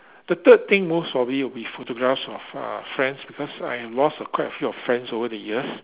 the third thing most probably will be photographs of uh friends because I lost a quite a few of friends over the years